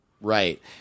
Right